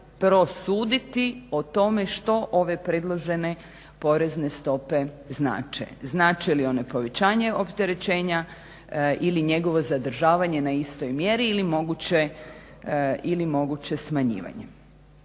prosuditi o tome što ove predložene porezne stope znače, znače li one povećanje opterećenja ili njegovo zadržavanje na istoj mjeri ili moguće smanjivanje.